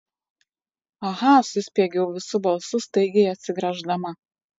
aha suspiegiau visu balsu staigiai atsigręždama